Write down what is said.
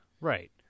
Right